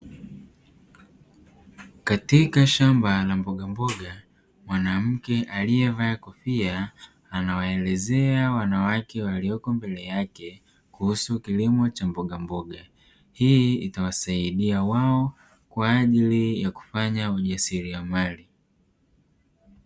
Katika shamba la mboga mwanamke aliyevaa kofia anawaelezea wanawake walioko mbele yake kuhusu kilimo cha mbogamboga. Hii itawasaidia wao kwa ajili ya kufanya ujasiriamali.